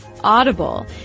Audible